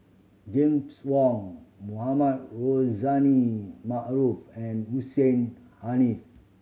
James Wong Mohamed Rozani Maarof and Hussein Haniff